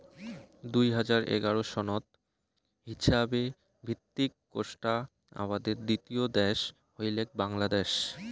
দুই হাজার এগারো সনত হিছাবে ভিত্তিক কোষ্টা আবাদের দ্বিতীয় দ্যাশ হইলেক বাংলাদ্যাশ